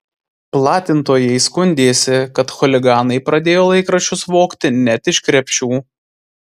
platintojai skundėsi kad chuliganai pradėjo laikraščius vogti net iš krepšių